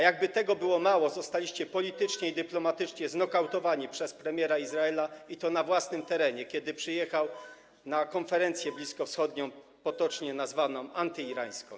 Jakby tego było mało, zostaliście politycznie i dyplomatycznie znokautowani przez premiera Izraela, i to na własnym terenie, kiedy przyjechał na konferencję bliskowschodnią, potoczną nazwaną antyirańską.